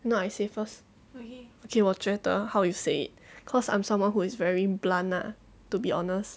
not I say first okay 我觉得 how you say cause I'm someone who is very blunt lah to be honest